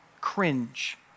cringe